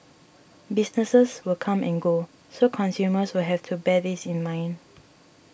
businesses will come and go so consumers will have to bear this in mind